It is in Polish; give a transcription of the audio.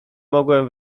mogłem